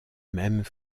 mêmes